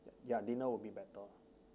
ya dinner will be better